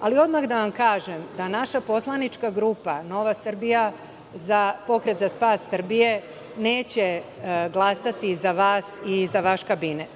uradite. Odmah da vam kažem, da naša poslanička grupa, NS Pokret za spas Srbije neće glasati za vas i za vaš kabinet.